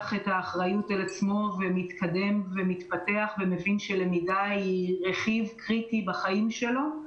את האחריות על עצמו ומתקדם ותפתח ומבין שלמידה היא רכיב קריטי בחיים שלו.